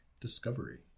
Discovery